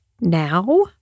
now